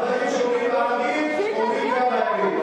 דברים שאומרים בערבית אומרים גם בעברית.